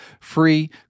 free